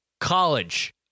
College